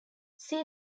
see